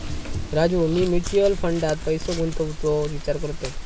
राजू, मी म्युचल फंडात पैसे गुंतवूचो विचार करतय